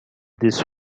this